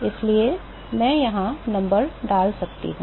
इसलिए मैं यहां नंबर डाल सकता हूं